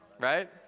Right